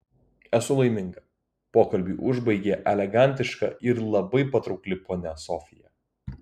esu laiminga pokalbį užbaigė elegantiška ir labai patraukli ponia sofija